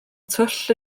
twll